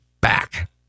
back